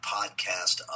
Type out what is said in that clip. Podcast